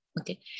okay